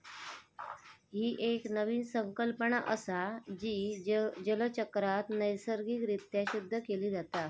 ही एक नवीन संकल्पना असा, जी जलचक्रात नैसर्गिक रित्या शुद्ध केली जाता